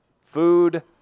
food